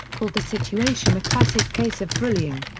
called the situation a classic case of bullying.